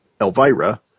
Elvira